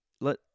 let